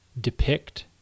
depict